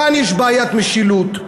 כאן יש בעיית משילות.